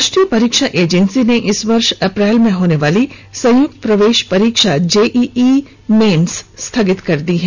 राष्ट्रीय परीक्षा एजेंसी ने इस वर्ष अप्रैल में होने वाली संयुक्त प्रवेश परीक्षा जेईई मुख्य परीक्षा स्थगित कर दी है